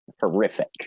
horrific